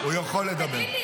הוא יכול לדבר.